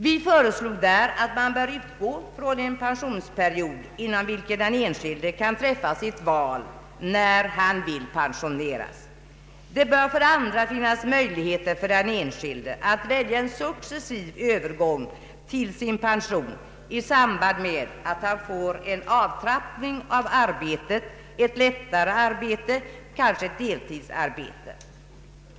Vi föreslog där att man för det första skall utgå från en pensionsperiod, före vilken den enskilde kan välja när han vill pensioneras. Det bör för det andra finnas möjlighet för den enskilde att välja en successiv övergång till sin pension i samband med att han får en avtrappning av arbetet, ett lättare arbete, kanske ett deltidsarbete.